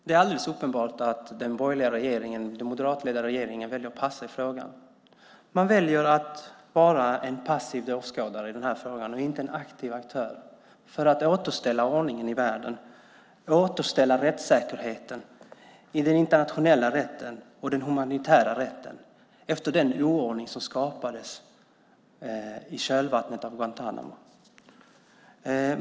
Herr talman! Det är alldeles uppenbart att den moderatledda regeringen väljer att passa i frågan. Man väljer att vara en passiv åskådare i den här frågan och inte en aktiv aktör för att återställa ordningen i världen, för att återställa rättssäkerheten i den internationella rätten och den humanitära rätten efter den oordning som skapades i kölvattnet av Guantánamo.